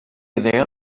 idea